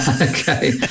Okay